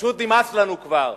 פשוט נמאס לנו כבר.